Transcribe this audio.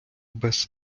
без